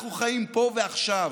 אנחנו חיים פה ועכשיו.